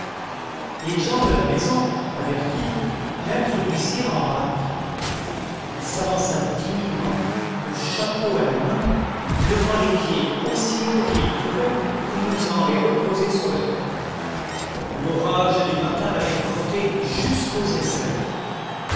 les gens de la maison avertis l'introduisirent en hâte il s'avança timidement le chapeau à la main levant les pieds aussi haut qu'il pouvait et n'osant les reposer sur le tapis l'orage du matin l'avait crotté jusqu'aux aisselles